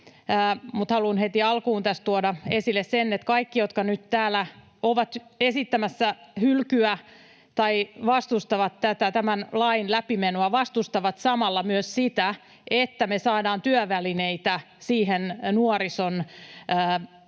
mutta haluan heti alkuun tässä tuoda esille sen, että kaikki, jotka nyt täällä ovat esittämässä hylkyä tai vastustavat tämän lain läpimenoa, vastustavat samalla myös sitä, että me saadaan työvälineitä siihen nuorison